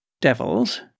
Devils